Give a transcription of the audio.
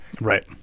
Right